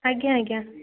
ଆଜ୍ଞା ଆଜ୍ଞା